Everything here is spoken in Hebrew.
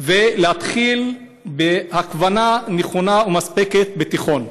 ולהתחיל בהכוונה נכונה ומספקת בתיכון.